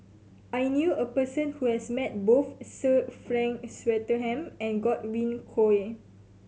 I knew a person who has met both Sir Frank Swettenham and Godwin Koay